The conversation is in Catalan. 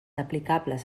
aplicables